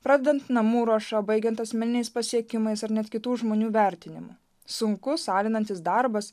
pradedant namų ruoša baigiant asmeniniais pasiekimais ar net kitų žmonių vertinimu sunkus alinantis darbas